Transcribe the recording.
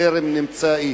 טרם נמצא איש,